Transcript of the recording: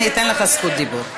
אני אתן לך זכות דיבור.